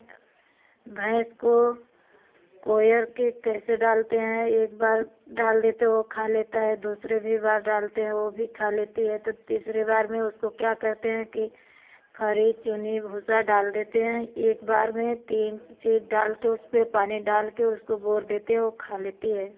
हमारे घर में भैंस को कोयर के कैसे डालते हैं एक बार डाल देते वह खा लेता है दूसरी भी बार डालते हैं वह भी खा लेती है तो तीसरी बार में उसको क्या करते हैं कि खरी चुनी भूंसा डाल देते हैं एक बार में तीन सी चीज़ डाल कर उस पर पानी डाल कर उसको बोर देते हैं वह खा लेती है